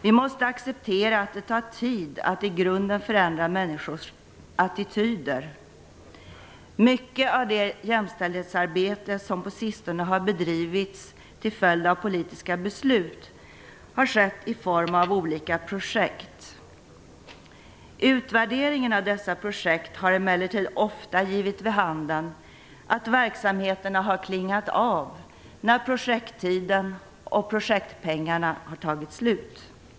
Vi måste acceptera att det tar tid att i grunden förändra människors attityder. Mycket av det jämställdhetsarbete som på sistone har bedrivits till följd av politiska beslut har skett i form av olika projekt. Utvärderingen av dessa projekt har emellertid ofta givit vid handen att verksamheterna har klingat ut när projekttiden och projektpengarna har tagit slut.